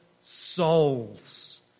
souls